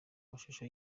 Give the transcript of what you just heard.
amashusho